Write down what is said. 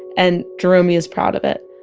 and jeromey is proud of it.